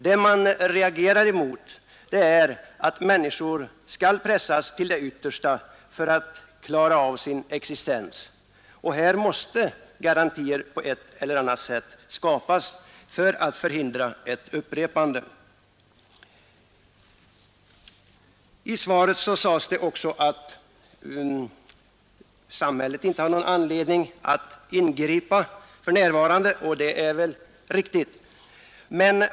Vad man reagerar mot är att människor skall pressas till sitt yttersta för att klara sin existens. Här måste på ett eller annat sätt garantier skapas för att förhindra ett upprepande. I svaret sägs också att samhället inte har någon anledning att ingripa för närvarande, och det är väl riktigt.